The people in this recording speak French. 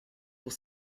pour